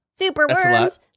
superworms